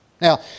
Now